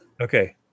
Okay